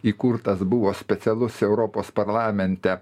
įkurtas buvo specialus europos parlamente